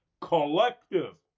collective